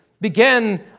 began